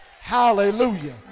hallelujah